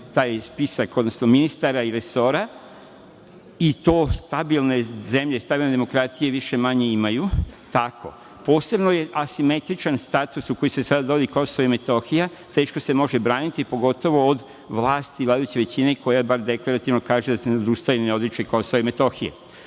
taj spisak, odnosno ministara i resora i to stabilne zemlje i stabilne demokratije više-manje imaju tako. Posebno je asimetričan status u kome se sada vodi Kosovo i Metohija, teško se može braniti, pogotovo od vlasti vladajuće većine koja bar deklarativno kaže da se ne odustaje i ne odriče KiM. U tom